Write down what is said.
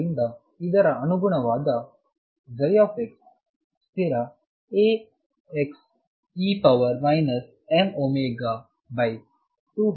ಆದ್ದರಿಂದ ಇದರ ಅನುಗುಣವಾದ ψ ಸ್ಥಿರAxe mω2ℏx2 ಆಗುತ್ತದೆ